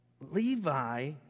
Levi